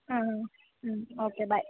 ಹ್ಞೂ ಹ್ಞೂ ಓಕೆ ಬಾಯ್